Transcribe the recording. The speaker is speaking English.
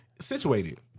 situated